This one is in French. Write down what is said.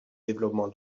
développement